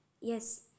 Yes